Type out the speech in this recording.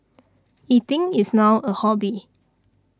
eating is now a hobby